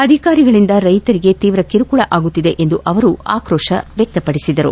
ಅಧಿಕಾರಿಗಳಿಂದ ರೈತರಿಗೆ ತೀವ್ರ ಕಿರುಕುಳ ಅಗುತ್ತಿದೆ ಎಂದು ಅವರು ಆಕ್ರೋಶ ವ್ಯಕ್ತಪಡಿಸಿದರು